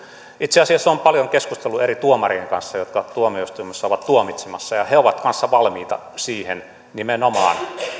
itse asiassa olen paljon keskustellut eri tuomarien kanssa jotka tuomioistuimissa ovat tuomitsemassa ja he ovat kanssa valmiita nimenomaan siihen